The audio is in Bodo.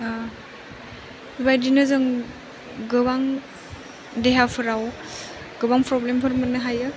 बेबायदिनो जों गोबां देहाफोराव गोबां प्रब्लेम फोर मोननो हायो